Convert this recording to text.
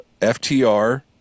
FTR